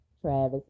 Travis